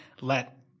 let